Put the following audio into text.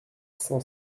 cent